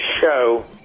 show